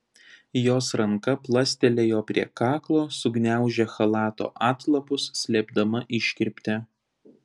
jos ranka plastelėjo prie kaklo sugniaužė chalato atlapus slėpdama iškirptę